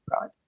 right